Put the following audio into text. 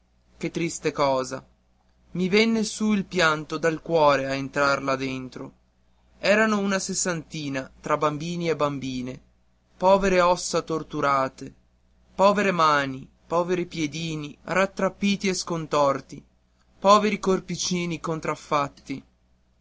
che triste cosa i venne su il pianto dal cuore a entrar là dentro erano una sessantina tra bambini e bambine povere ossa torturate povere mani poveri piedini rattrappiti e scontorti poveri corpicini contraffatti